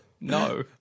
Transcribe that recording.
No